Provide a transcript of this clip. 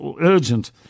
urgent